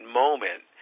moment